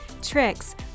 tricks